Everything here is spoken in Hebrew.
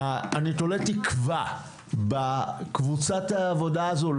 לכולם, אני תולה תקווה בקבוצת העבודה הזו,